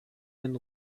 den